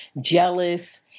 jealous